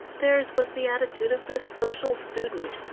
theirs was the attitude of the social student,